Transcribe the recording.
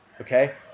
okay